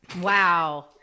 Wow